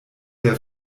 der